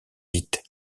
vite